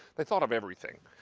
they thought of everything.